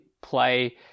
play